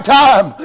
time